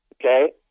Okay